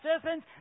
citizens